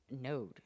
Node